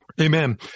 Amen